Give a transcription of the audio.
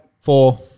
four